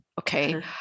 Okay